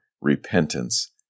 repentance